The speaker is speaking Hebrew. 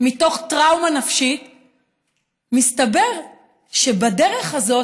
מתוך טראומה נפשית ומסתבר שבדרך הזאת